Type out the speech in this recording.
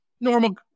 normal